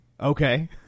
Okay